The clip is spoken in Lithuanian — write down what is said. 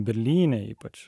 berlyne ypač